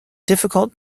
difficult